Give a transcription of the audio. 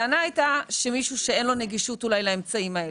הטענה הייתה שמישהו שאין לו נגישות אולי לאמצעים האלה,